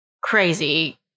crazy